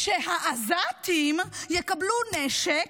שהעזתים יקבלו נשק,